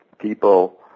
people